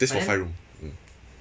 that's for five room mm